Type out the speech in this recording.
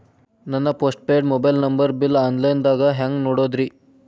ನನ್ನ postpaid mobile number bill, online ದಾಗ ಹ್ಯಾಂಗ್ ನೋಡೋದ್ರಿ?